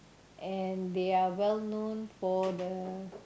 and they are well known for the